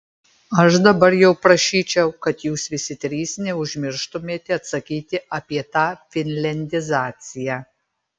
aš dabar jau prašyčiau kad jūs visi trys neužmirštumėte atsakyti apie tą finliandizaciją